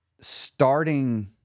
starting